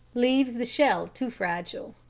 leaves the shell too fragile.